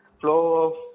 flow